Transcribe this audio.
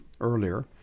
earlier